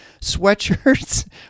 sweatshirts